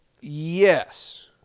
Yes